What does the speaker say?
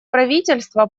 правительства